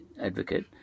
advocate